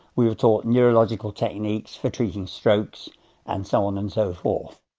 we were taught neurological techniques for treating strokes and so on and so forth.